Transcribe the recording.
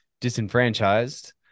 disenfranchised